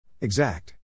Exact